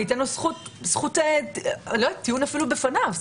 וייתן לו זכות טיעון אפילו בפניו.